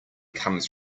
comes